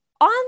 on